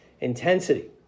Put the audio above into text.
intensity